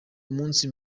umunsi